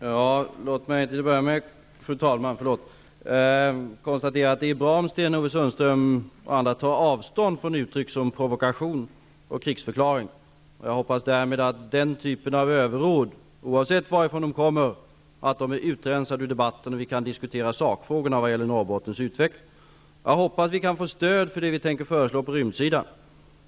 Fru talman! Låt mig till att börja med konstatera att det är bra om Sten-Ove Sundström och andra tar avstånd från uttryck som provokation och krigsförklaring. Jag hoppas att den typen av överord -- oavsett varifrån de kommer -- därmed är utrensade ur debatten så att vi kan diskutera sakfrågorna när det gäller Norrbottens utveckling. Jag hoppas att vi kan få stöd för det vi tänker föreslå på rymdsidan.